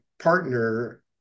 partner